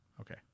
Okay